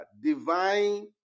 divine